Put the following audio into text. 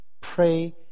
Pray